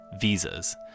Visas